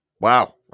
Wow